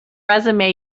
resume